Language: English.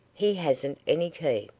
he hasn't any key.